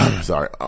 Sorry